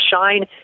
shine